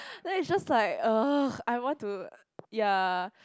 then it's just like !ugh! I want to ya